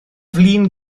flin